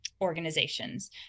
organizations